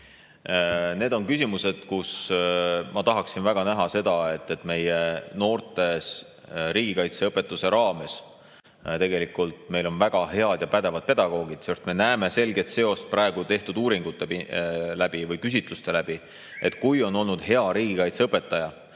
Need on küsimused, kus ma tahaksin näha seda, et meie noortes riigikaitseõpetuse raames ... Tegelikult meil on väga head ja pädevad pedagoogid, sest me näeme selget seost praegu tehtud uuringutes või küsitlustes. Kui on olnud hea riigikaitseõpetaja,